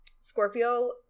Scorpio